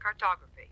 cartography